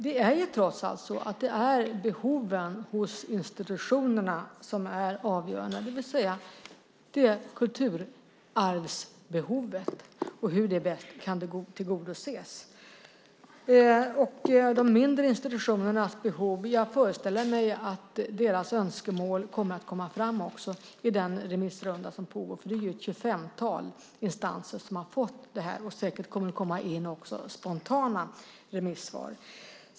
Det är trots allt så att det är behoven hos institutionerna som är avgörande, det vill säga kulturarvsbehovet och hur det bäst kan tillgodoses. När det gäller de mindre institutionernas behov föreställer jag mig att också deras önskemål kommer fram i den remissrunda som pågår. Det är ett tjugofemtal instanser som har fått detta, och det kommer säkert också in spontana remissvar.